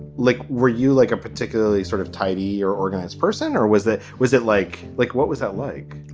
like, were you like a particularly sort of tidey or organized person or was that was it like like what was that like?